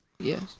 Yes